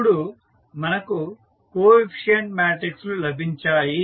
ఇప్పుడు మనకు coefficient matrix లు లభించాయి